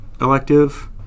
elective